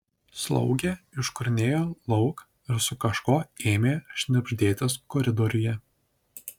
slaugė iškurnėjo lauk ir su kažkuo ėmė šnibždėtis koridoriuje